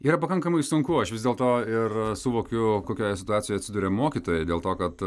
yra pakankamai sunku aš vis dėlto ir suvokiu kokioje situacijoje atsiduria mokytojai dėl to kad